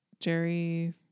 Jerry